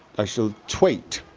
i shall twait